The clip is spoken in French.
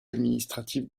administrative